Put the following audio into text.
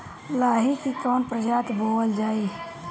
लाही की कवन प्रजाति बोअल जाई?